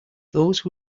those